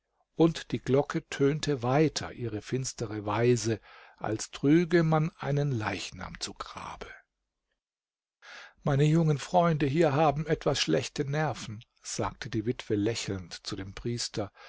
und die glocke tönte weiter ihre finstere weise als trüge man einen leichnam zu grabe meine jungen freunde hier haben etwas schlechte nerven sagte die witwe lächelnd zu dem priester